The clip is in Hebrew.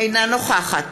אינה נוכחת